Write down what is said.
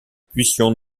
puissions